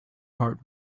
heart